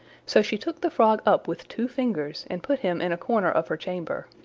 so she took the frog up with two fingers, and put him in a corner of her chamber.